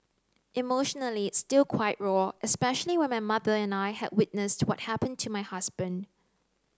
emotionally it's still quite raw especially when my mother and I had witnessed what happened to my husband